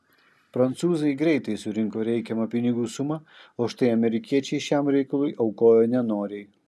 prancūzai greitai surinko reikiamą pinigų sumą o štai amerikiečiai šiam reikalui aukojo nenoriai